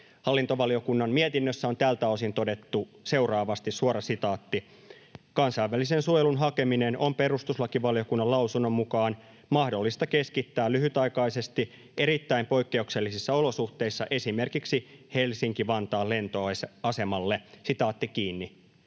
Hallintovaliokunnan mietinnössä on tältä osin todettu seuraavasti: ”Kansainvälisen suojelun hakeminen on perustuslakivaliokunnan lausunnon mukaan mahdollista keskittää lyhytaikaisesti erittäin poikkeuksellisissa olosuhteissa esimerkiksi Helsinki-Vantaan lentoasemalle.” Täysin